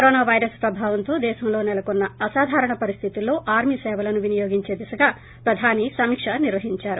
corona virus ప్రభావంతో దేశంలో సెలకొన్న అసాధారణ పరిస్థితులలో ఆర్మీ సేవలను వినియోగించే దిశగా ప్రధాని సమీక నిర్వహిందారు